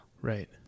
Right